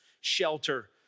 Shelter